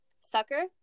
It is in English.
Sucker